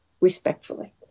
respectfully